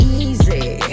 easy